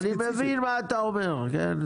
אני מבין מה אתה אומר, כן?